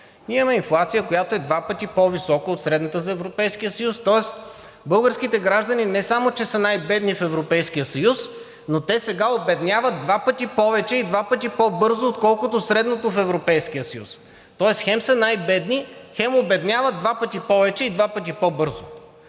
ние имаме инфлация, която е два пъти по висока от средната за Европейския съюз. Тоест българските граждани не само че са най-бедни в Европейския съюз, но те сега обедняват два пъти повече и два пъти по-бързо, отколкото средното в Европейския съюз. Тоест хем са най-бедни, хем обедняват два пъти повече и два пъти по-бързо.